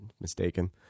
mistaken